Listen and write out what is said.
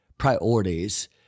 priorities